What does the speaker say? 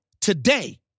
today